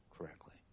correctly